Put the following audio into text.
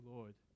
Lord